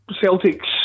Celtic's